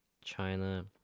China